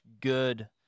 good